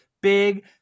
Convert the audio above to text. big